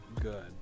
good